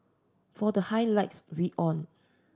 for the highlights read on